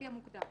לפי המוקדם.